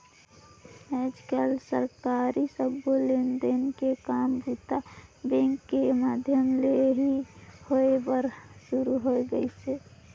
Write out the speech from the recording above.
आयज कायल सरकारी सबो लेन देन के काम बूता बेंक के माधियम ले ही होय बर सुरू हो गइसे